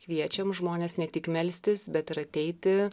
kviečiam žmones ne tik melstis bet ir ateiti